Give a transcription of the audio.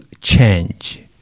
change